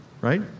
right